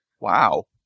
Wow